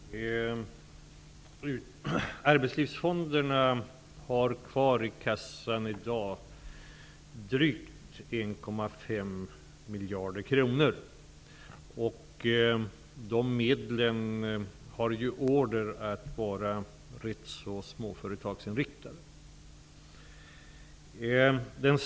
Herr talman! Arbetslivsfonderna har kvar i kassan i dag drygt 1,5 miljarder kronor. Det är order att de medlen skall vara rätt så småföretagsinriktade.